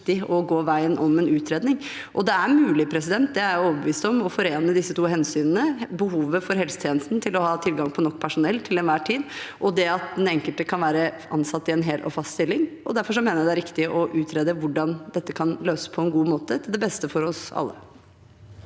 å gå veien om en utredning. Det er mulig – det er jeg overbevist om – å forene disse to hensynene: behovet for helsetjenesten til å ha tilgang på nok personell til enhver tid og det at den enkelte kan være ansatt i en hel og fast stilling. Derfor mener jeg at det er riktig å utrede hvordan dette kan løses på en god måte, til beste for oss alle.